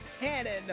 cannon